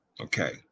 Okay